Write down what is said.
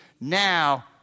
now